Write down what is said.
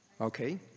Okay